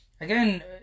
again